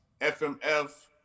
FMF